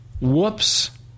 whoops